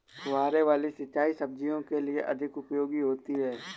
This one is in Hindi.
फुहारे वाली सिंचाई सब्जियों के लिए अधिक उपयोगी होती है?